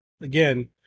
again